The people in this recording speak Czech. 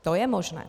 To je možné.